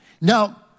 Now